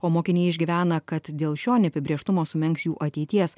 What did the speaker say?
o mokiniai išgyvena kad dėl šio neapibrėžtumo sumenks jų ateities